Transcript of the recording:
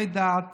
רודפי דעת